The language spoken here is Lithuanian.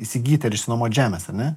įsigyti ar išsinuomot žemės ar ne